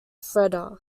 freda